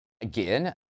Again